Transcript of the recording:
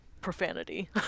profanity